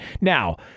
Now